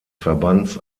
verbands